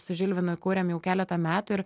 su žilvinu kuriam jau keletą metų ir